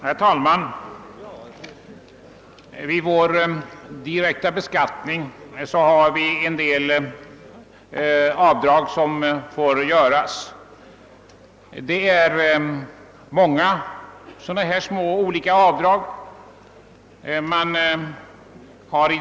Herr talman! I vår direkta beskattning har vi en del avdrag som får göras. Det är många olika sådana små avdrag som är tillåtna.